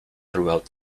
throughout